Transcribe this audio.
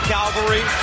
Calvary